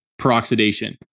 peroxidation